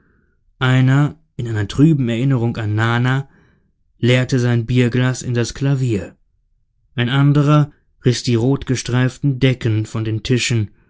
einer in einer trüben erinnerung an nana leerte sein bierglas in das klavier ein anderer riß die rotgestreiften decken von den tischen